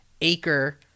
acre